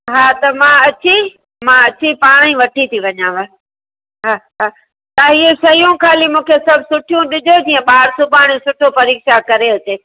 हा त मां अची मां अची पाण ई वठी थी वञियांव हा हा तव्हां इहे शयूं खाली मूंखे सभु सुठियूं ॾिजो जीअं ॿार सुभाणे सुठो परीक्षा करे अचे